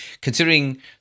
considering